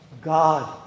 God